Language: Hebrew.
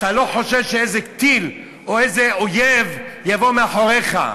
אתה לא חושב שאיזה טיל או איזה אויב יבוא מאחוריך,